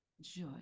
joy